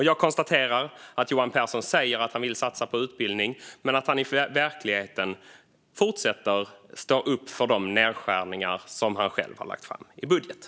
Jag konstaterar att Johan Pehrson säger att han vill satsa på utbildningen men att han i verkligheten fortsätter stå upp för de nedskärningar som han själv har lagt fram i budgeten.